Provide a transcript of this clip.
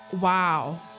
Wow